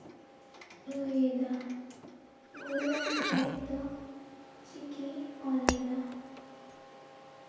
ᱞᱟᱹᱭᱮᱫᱟ ᱜᱩᱨᱩ ᱜᱚᱢᱠᱮ ᱫᱚ ᱪᱤᱠᱤ ᱚᱞ ᱞᱮᱫᱟᱭ